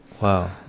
Wow